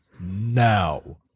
now